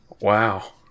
Wow